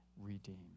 redeem